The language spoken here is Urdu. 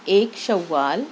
ایک شوال